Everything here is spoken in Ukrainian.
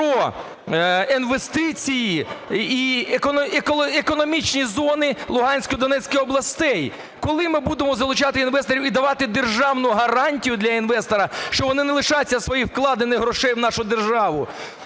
про інвестиції і економічні зони Луганської і Донецької областей? Коли ми будемо залучати інвесторів і давати державну гарантію для інвестора, що вони не лишаться своїх вкладених грошей в нашу державу?